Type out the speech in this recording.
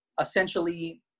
essentially